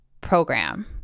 program